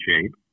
shape